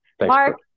Mark